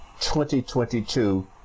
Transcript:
2022